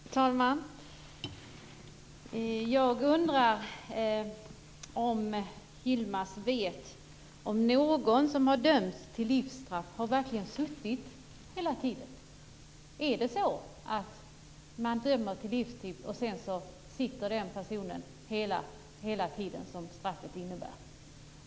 Fru talman! Jag undrar om Yilmaz Kerimo vet om någon som har dömts till livstidsstraff verkligen har suttit av hela tiden. Är det så att man dömer till livstid och sedan sitter den personen hela den tid som straffet innebär?